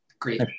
Great